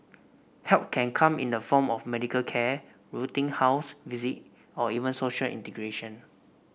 help can come in the form of medical care routine house visit or even social integration